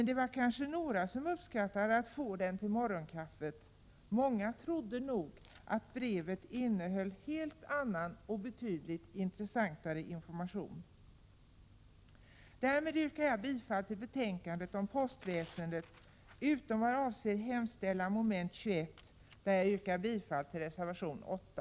Det var kanske några som uppskattade att få denna till morgonkaffet, men många trodde nog att brevet innehöll en helt annan och betydligt intressantare information. Därmed yrkar jag bifall till utskottets hemställan i betänkandet om postväsendet utom vad avser moment 21, där jag yrkar bifall till reservation 8.